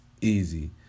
Easy